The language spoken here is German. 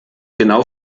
genau